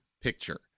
picture